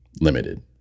limited